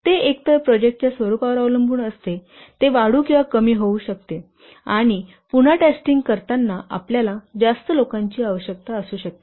ते एकतर प्रोजेक्टच्या स्वरूपावर अवलंबून असते ते वाढू किंवा कमी होऊ शकते आणि पुन्हा टेस्टिंग करताना आपल्याला जास्त लोकांची आवश्यकता असू शकते